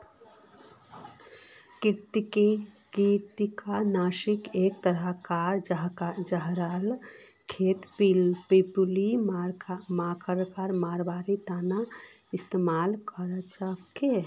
कृंतक नाशक एक तरह कार जहर खेतत पिल्लू मांकड़ मरवार तने इस्तेमाल कराल जाछेक